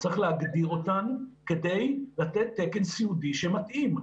צריך להגדיר אותן כדי לתת תקן סיעודי שמתאים.